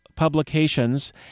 publications